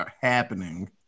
happening